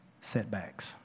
Setbacks